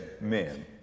men